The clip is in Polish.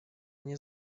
nie